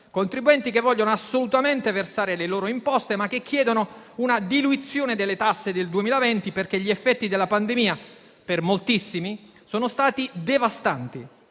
i quali vogliono assolutamente versare le loro imposte, ma chiedono una diluizione delle tasse del 2020, perché gli effetti della pandemia per moltissimi sono stati devastanti.